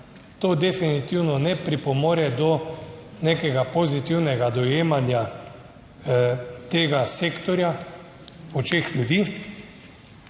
To definitivno ne pripomore do nekega pozitivnega dojemanja tega sektorja v očeh ljudi.